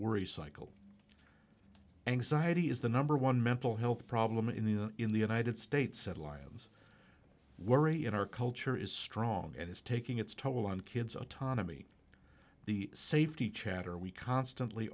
worry cycle anxiety is the number one mental health problem in the us in the united states at lyons worry in our culture is strong and is taking its toll on kids autonomy the safety chatter we constantly